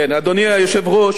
כן, אדוני היושב-ראש.